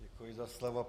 Děkuji za slovo.